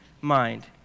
mind